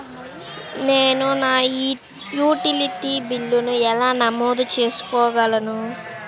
నేను నా యుటిలిటీ బిల్లులను ఎలా నమోదు చేసుకోగలను?